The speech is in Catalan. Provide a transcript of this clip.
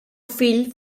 fill